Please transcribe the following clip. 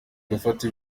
gufata